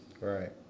Right